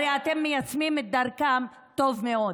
הרי אתם מיישמים את דרכם טוב מאוד.